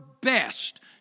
best